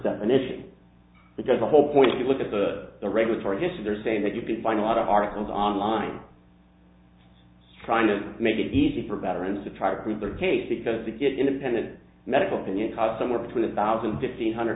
definition because the whole point if you look at the regulatory system there say that you can find a lot of articles online trying to make it easy for veterans to try to prove their case because they get independent medical opinion because somewhere between a thousand and fifteen hundred